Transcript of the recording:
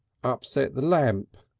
upset the lamp,